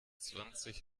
zwanzig